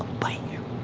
bite you.